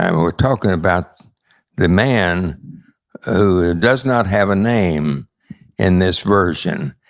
um we're talking about the man who does not have a name in this version.